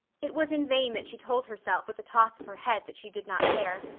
it was in vain that she told herself with a toss of her head that she did not care.